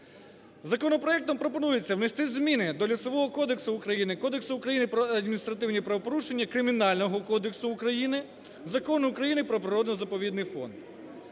Законопроектом пропонується внести зміни до Лісового кодексу України, Кодексу України про адміністративні правопорушення, Кримінального кодексу України, Закону України про природо-заповідний фонд.